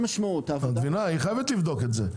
היא חייבת לבדוק את זה.